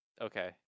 okay